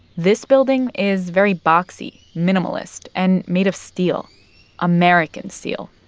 this building is very boxy, minimalist and made of steel american steel.